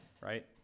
right